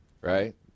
right